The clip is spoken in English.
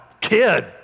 kid